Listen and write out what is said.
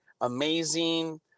amazing